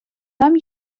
там